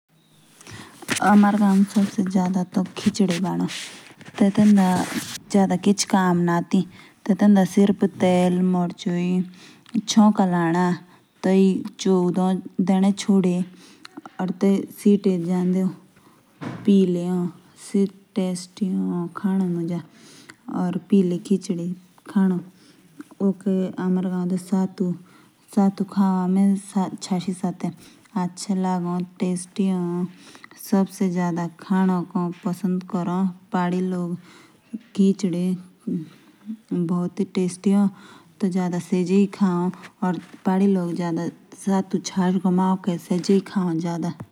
हमारे गाव दी सबसे ज्यादा खिचड़ी ए। से सबसे ज्यादा बढ़ो। सेई आगे चोको ते शिति जाओ ते खाओ। या ओके हो हमरे गाव दे सातु। से खाउ हमें चाशी सगे।